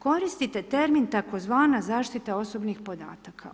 Koristite termin tzv. zaštita osobnih podataka.